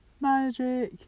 Magic